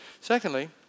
Secondly